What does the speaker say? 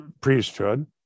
priesthood